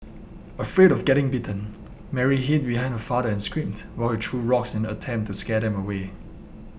afraid of getting bitten Mary hid behind her father and screamed while he threw rocks in an attempt to scare them away